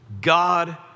God